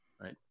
right